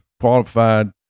Qualified